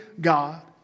God